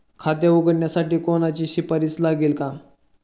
खाते उघडण्यासाठी कोणाची शिफारस लागेल का?